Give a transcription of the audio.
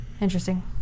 interesting